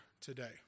today